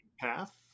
path